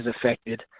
affected